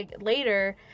later